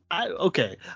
Okay